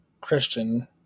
Christian